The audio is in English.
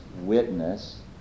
witness